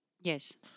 Yes